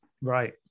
right